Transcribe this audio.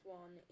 one